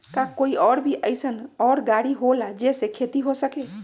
का कोई और भी अइसन और गाड़ी होला जे से खेती हो सके?